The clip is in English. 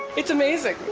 it's amazing.